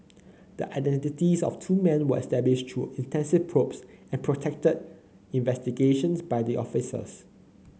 the identities of two men were established through intensive probes and protracted investigations by the officers